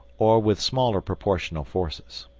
or with smaller proportional forces.